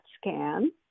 scan